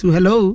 Hello